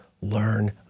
learn